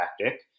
tactic